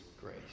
grace